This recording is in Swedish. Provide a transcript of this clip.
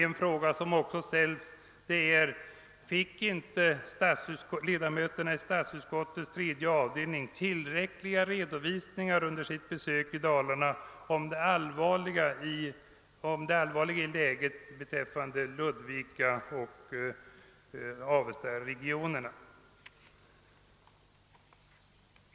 En fråga som också ställs är: fick inte ledamöterna i statsutskottets tredje avdelning tillräckliga redovisningar under sitt besök i Dalarna om det allvarliga läget i Avestaoch Ludvika-regionerna?